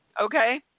Okay